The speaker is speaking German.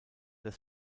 des